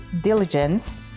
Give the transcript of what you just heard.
diligence